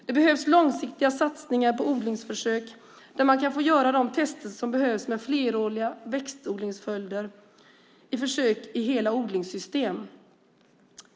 Det behövs långsiktiga satsningar på odlingsförsök där man kan få göra de tester som behövs med fleråriga växtodlingsföljder i hela odlingssystem.